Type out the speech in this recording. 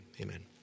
Amen